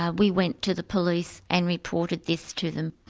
ah we went to the police and reported this to them.